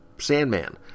Sandman